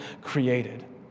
created